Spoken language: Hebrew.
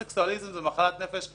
טרנסקסואלי זאת מחלת נפש בעיניכם.